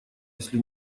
если